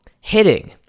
hitting